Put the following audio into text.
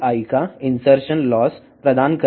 7 dBi insertion loss అందిస్తుంది